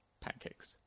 pancakes